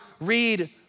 read